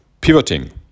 pivoting